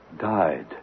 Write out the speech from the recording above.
died